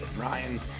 Ryan